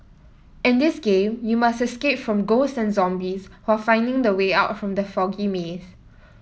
in this game you must escape from ghosts and zombies while finding the way out from the foggy maze